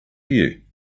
you